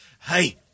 Hey